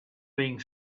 being